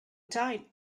tight